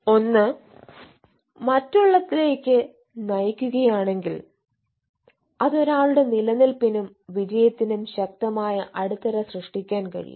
ഒന്ന് മറ്റുള്ളത്തിലേക്ക് നയിക്കുകയാണെങ്കിൽ അത് ഒരാളുടെ നിലനിൽപ്പിനും വിജയത്തിനും ശക്തമായ അടിത്തറ സൃഷ്ടിക്കാൻ കഴിയും